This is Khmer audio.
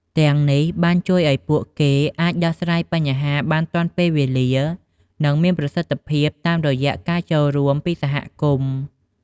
ទាំងនេះបានជួយឱ្យពួកគេអាច ដោះស្រាយបញ្ហាបានទាន់ពេលវេលា និងមានប្រសិទ្ធភាពតាមរយៈការចូលរួមពីសហគមន៍។